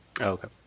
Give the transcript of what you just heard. okay